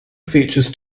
features